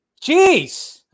Jeez